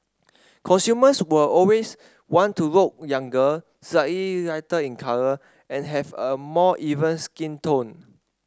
consumers will always want to look younger slightly lighter in colour and have a more even skin tone